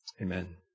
Amen